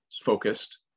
focused